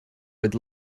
with